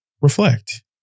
reflect